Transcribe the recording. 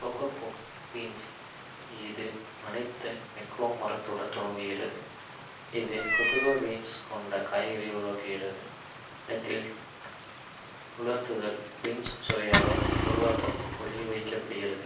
Kho kho beans இது அனைத்தும் cocoa மரத்துடன் தொடங்குகிறது, இது கொக்கோ பீன்ஸ் கொண்ட காய்களை உருவாக்குகிறது. நொதித்தல் & உலர்த்துதல் பீன்ஸ் சுவையை உருவாக்க புளிக்கவைக்கப்படுகிறது,